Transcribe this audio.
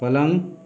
पलंग